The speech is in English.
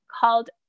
called